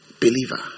believer